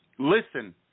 Listen